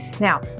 Now